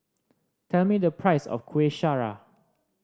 tell me the price of Kueh Syara